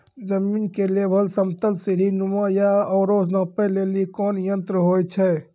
जमीन के लेवल समतल सीढी नुमा या औरो नापै लेली कोन यंत्र होय छै?